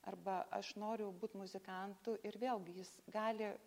arba aš noriu būt muzikantu ir vėlgi jis gali